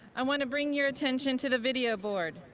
i wanna bring your attention to the video board.